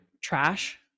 trash